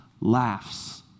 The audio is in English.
laughs